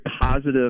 positive